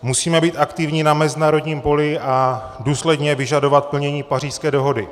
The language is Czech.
Musíme být aktivní na mezinárodním poli a důsledně vyžadovat plnění Pařížské dohody.